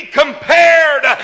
compared